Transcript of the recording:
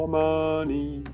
money